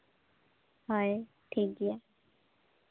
ᱦᱳᱭ ᱴᱷᱤᱠ ᱜᱮᱭᱟ